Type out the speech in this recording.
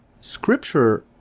scripture